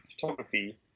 photography